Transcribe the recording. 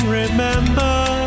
Remember